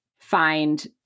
find